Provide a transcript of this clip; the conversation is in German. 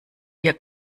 wir